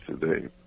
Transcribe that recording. today